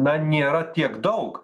na nėra tiek daug